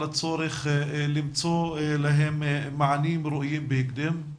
הצורך למצוא להן מענים ראויים בהקדם.